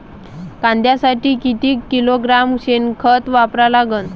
कांद्यासाठी किती किलोग्रॅम शेनखत वापरा लागन?